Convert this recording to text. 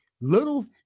Little